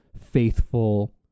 faithful